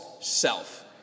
self